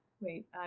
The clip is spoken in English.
Wait